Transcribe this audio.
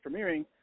premiering